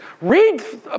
Read